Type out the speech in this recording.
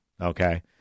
Okay